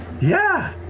yeah.